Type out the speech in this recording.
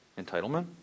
entitlement